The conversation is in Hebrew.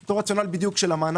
אנו מתחילים את דיוני הוועדה.